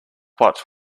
what